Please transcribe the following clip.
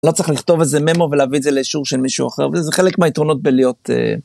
לא צריך לכתוב איזה ממו ולהביא את זה לאישור של מישהו אחר וזה חלק מהיתרונות בלהיות.